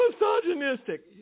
misogynistic